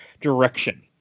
direction